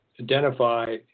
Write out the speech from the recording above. identify